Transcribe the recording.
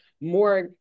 more